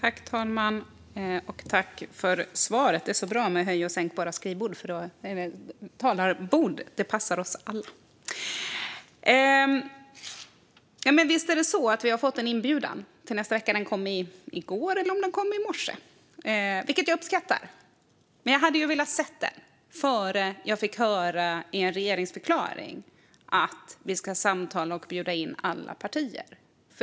Fru talman! Jag tackar för svaret. Visst har vi fått en inbjudan till nästa vecka. Den kom i går eller i morse. Det uppskattar jag, men jag hade velat se den innan jag fick höra i regeringsförklaringen att vi ska samtala med och bjuda in alla partier.